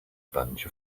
bunch